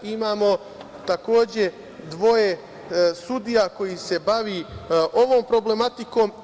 Imamo, takođe, dvoje sudija koji se bave ovom problematikom.